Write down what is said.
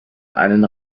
einen